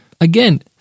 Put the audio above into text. Again